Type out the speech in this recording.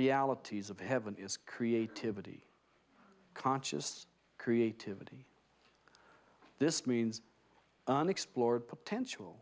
realities of heaven is creativity conscious creativity this means unexplored potential